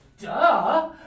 Duh